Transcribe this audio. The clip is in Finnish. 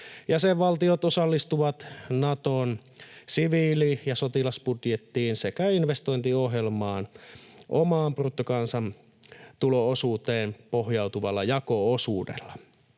Jäsenvaltiot osallistuvat Naton siviili- ja sotilasbudjettiin sekä investointiohjelmaan omaan bruttokansantulo-osuuteen pohjautuvalla jako-osuudella.